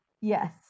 Yes